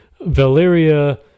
Valeria